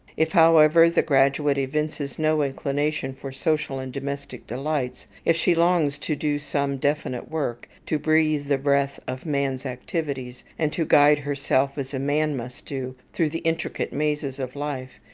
if, however, the graduate evinces no inclination for social and domestic delights, if she longs to do some definite work, to breathe the breath of man's activities, and to guide herself, as a man must do, through the intricate mazes of life,